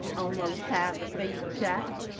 almost time to feel the child.